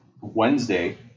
Wednesday